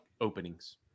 openings